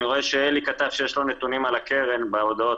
אני רואה שאלי כתב שיש לו נתונים על הקרן בהודעות,